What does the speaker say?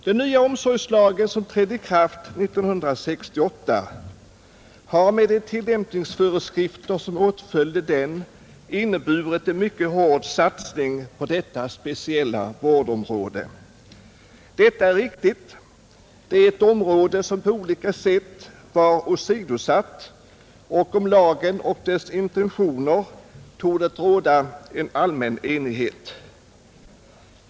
Den nya omsorgslagen, som trädde i kraft 1968, har med de tillämpningsföreskrifter som åtföljde den inneburit en mycket hård satsning på detta speciella vårdområde. Detta är riktigt. Det är ett område, som på olika sätt var åsidosatt, och om lagen och dess intentioner torde det råda allmän enighet.